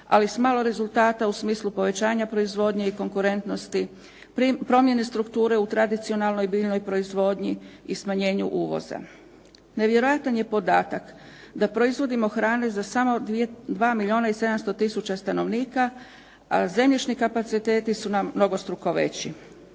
ali s malo rezultata u smislu povećanja proizvodnje i konkurentnosti, promjene strukture u tradicionalnoj biljnoj proizvodnji i smanjenju uvoza. Nevjerojatan je podatak da proizvodimo hrane za samo 2 milijuna i 700 tisuća stanovnika, a zemljišni kapaciteti su nam mnogostruko veći.